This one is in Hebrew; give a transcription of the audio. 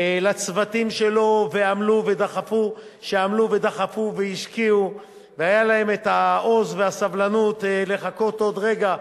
לצוותים שלו שעמלו ודחפו והשקיעו והיו להם העוז והסבלנות לחכות עוד רגע,